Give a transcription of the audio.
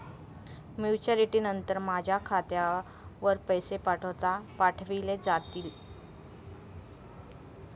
Maturity नंतर माझ्या खात्यावर पैसे पाठविले जातील?